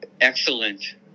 excellent